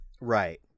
Right